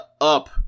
up